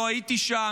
לא הייתי שם,